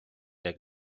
der